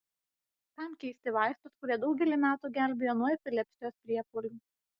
kam keisti vaistus kurie daugelį metų gelbėjo nuo epilepsijos priepuolių